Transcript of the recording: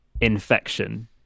infection